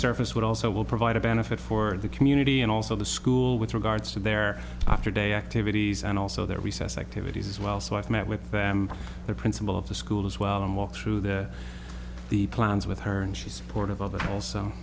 surface would also will provide a benefit for the community and also the school with regards to their after day activities and also their recess activities as well so i've met with them the principal of the school as well and walked through the the plans with her and she support of others also